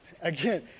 again